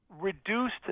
reduced